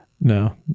no